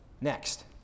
Next